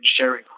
sharing